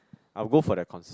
I'll go for their concert